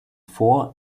four